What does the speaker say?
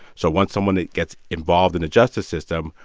so once someone gets involved in the justice system,